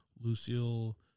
Lucille